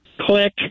Click